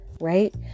right